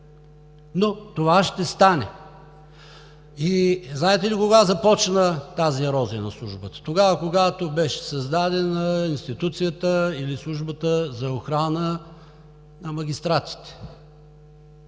но това ще стане. Знаете ли кога започна тази ерозия на Службата? Тогава, когато беше създадена институцията или Службата за охрана на магистратите.